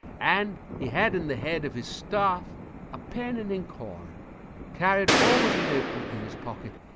and he had in the head of his staff a pen and inkhorn carried always a notebook in his pocket,